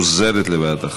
לא,